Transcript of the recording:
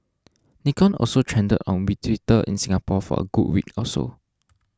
Nikon also trended on we Twitter in Singapore for a good week or so